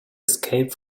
escape